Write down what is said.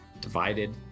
divided